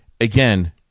Again